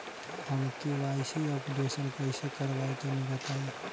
हम KYC updation कइसे करवाई तनि बताई?